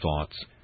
thoughts